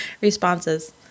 responses